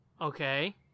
Okay